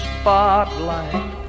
spotlight